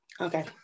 Okay